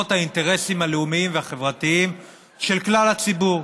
את האינטרסים הלאומיים והחברתיים של כלל הציבור.